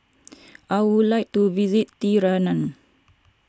I would like to visit Tirana